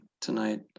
tonight